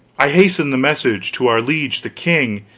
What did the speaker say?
i hasted the message to our liege the king,